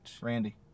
Randy